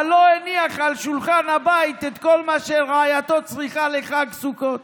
אבל לא הניח על שולחן הבית את כל מה שרעייתו צריכה לחג סוכות.